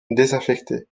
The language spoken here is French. désaffectée